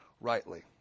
rightly